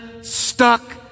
stuck